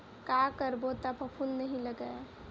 का करबो त फफूंद नहीं लगय?